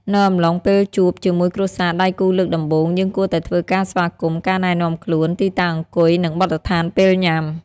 នៅអំឡុងពេលជួបជាមួយគ្រួសារដៃគូលើកដំបូង យើងគួរតែធ្វើការស្វាគម៍ ការណែនាំខ្លួន ទីតាំងអង្គុយនិងបទដ្ឋានពេលញ៉ាំ។